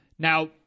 Now